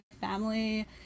family